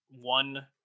one